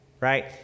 right